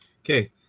Okay